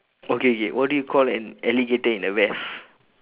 okay okay what do you call an alligator in a vest